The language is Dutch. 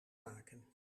maken